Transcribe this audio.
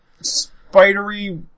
spidery